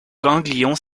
ganglions